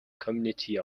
community